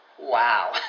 wow